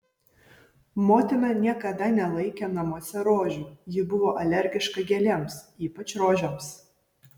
motina niekada nelaikė namuose rožių ji buvo alergiška gėlėms ypač rožėms